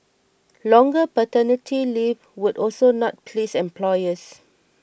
longer paternity leave would also not please employers